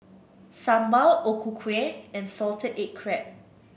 sambal O Ku Kueh and Salted Egg Crab